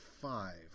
five